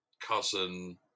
cousin